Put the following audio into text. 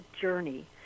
journey